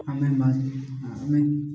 ଆମେ